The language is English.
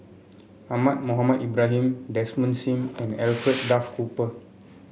Ahmad Mohamed Ibrahim Desmond Sim and Alfred Duff Cooper